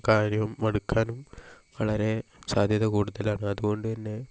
കാര്യവും മടുക്കാനും വളരെ സാധ്യത കൂടുതലാണ് അതുകൊണ്ട്തന്നെ